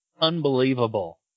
unbelievable